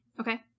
Okay